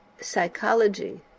psychology